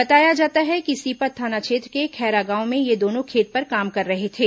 बताया जाता है कि सीपत थाना क्षेत्र के खैरा गांव में ये दोनों खेत पर काम कर रहे थे